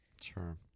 Sure